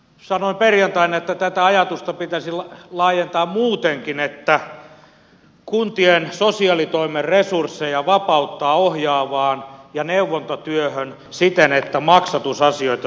sanoin perjantaina että tätä ajatusta pitäisi laajentaa muutenkin ja kuntien sosiaalitoimen resursseja vapauttaa ohjaavaan ja neuvontatyöhön siten että maksatusasioita siirrettäisiin kelalle